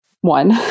one